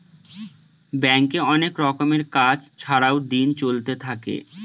ব্যাঙ্কে অনেক রকমের কাজ ছাড়াও দিন চলতে থাকে